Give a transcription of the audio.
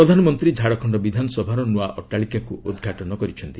ପ୍ରଧାନମନ୍ତ୍ରୀ ଝାଡ଼ଖଣ୍ଡ ବିଧାନସଭାର ନୂଆ ଅଟ୍ଟାଳିକାକୁ ଉଦ୍ଘାଟନ କରିଛନ୍ତି